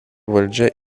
valdžia